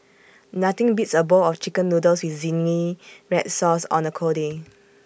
nothing beats A bowl of Chicken Noodles with Zingy Red Sauce on A cold day